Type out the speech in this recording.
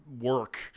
work